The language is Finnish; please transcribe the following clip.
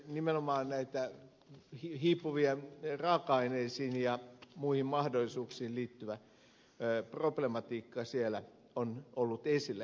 nimenomaan tätä hiipuviin raaka aineisiin ja muihin mahdollisuuksiin liittyvää problematiikkaa on siellä ollut esillä